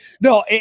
no